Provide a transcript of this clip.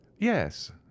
yes